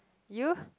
you